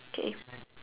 okay